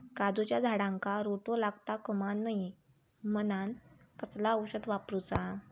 काजूच्या झाडांका रोटो लागता कमा नये म्हनान कसला औषध वापरूचा?